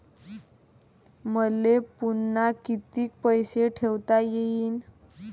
मले पुन्हा कितीक पैसे ठेवता येईन?